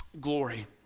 glory